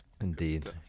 Indeed